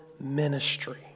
ministry